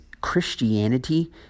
Christianity